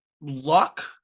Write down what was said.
luck